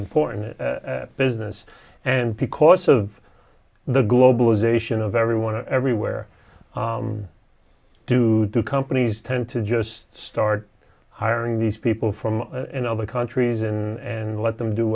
important in business and because of the globalization of everyone everywhere to do companies tend to just start hiring these people from other countries and let them do